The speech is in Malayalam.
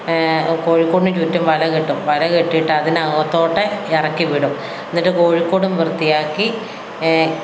കോഴിക്കൂടിനു ചുറ്റും വല കെട്ടും വല കെട്ടിയിട്ടതിനകത്തോട്ട് ഇറക്കി വിടും എന്നിട്ട് കോഴിക്കൂടും വൃത്തിയാക്കി